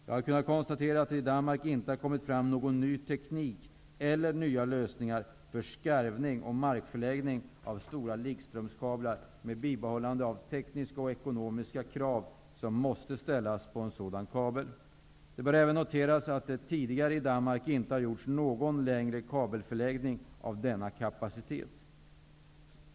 Jag har kunnat konstatera att det i Danmark inte har kommit fram någon ny teknik eller nya lösningar för skarvning och markförläggning av stora likströmskablar med bibehållande av de tekniska och ekonomiska krav som måste ställas på en sådan kabel. Det bör även noteras att det tidigare i Danmark inte har gjorts någon längre kabelförläggning av denna kapacitet.